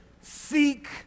Seek